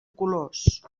colors